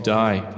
die